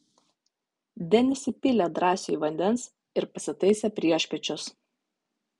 denis įpylė drąsiui vandens ir pasitaisė priešpiečius